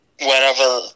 whenever